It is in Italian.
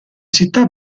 città